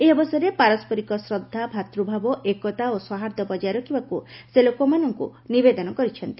ଏହି ଅବସରରେ ପାରସ୍କରିକ ଶ୍ରଦ୍ଧା ଭ୍ରାତୂଭାବ ଏକତା ଓ ସୌହାର୍ଦ୍ୟ ବଜାୟ ରଖିବାକୁ ସେ ଲୋକମାନଙ୍କୁ ନିବେଦନ କରିଛନ୍ତି